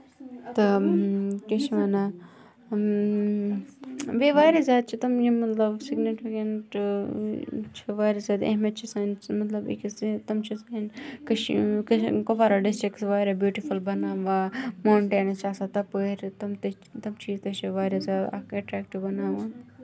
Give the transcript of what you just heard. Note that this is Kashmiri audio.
تہٕ کیاہ چھِ وَنان بییہِ واریاہ زیادٕ چہِ تٔمۍ یِم مطلب سِگنِفِکینٹہٕ چھِ واریاہ زیادٕ اہمِیت چھِ سٲنِس مطلب أکِس تٔمۍ چھِ کٔشیٖر کۄپوارا ڈِسٹرکس واریاہ بیوٹِفوٗل بَناوان موٹینٔز چھِ آسان تَپٲرۍ تٔمۍ تہِ چھِ تٔمۍ چھِ واریاہ زیادٕ ایٹریکٹیو بَناوان